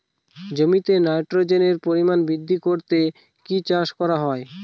জমিতে নাইট্রোজেনের পরিমাণ বৃদ্ধি করতে কি চাষ করা হয়?